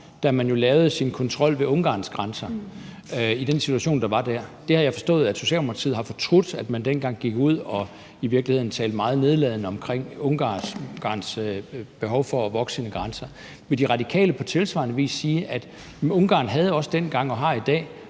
da Ungarn lavede kontrol ved sine grænser på grund den situation, der var der. Jeg har forstået, at Socialdemokratiet har fortrudt, at man dengang gik ud og i virkeligheden talte meget nedladende om Ungarns behov for at bevogte sine grænser. Vil De Radikale på tilsvarende vis sige, at Ungarn også dengang ligesom i dag